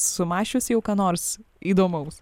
sumąsčiusi jau ką nors įdomaus